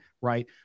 right